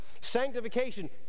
Sanctification